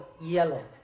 yellow